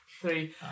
Three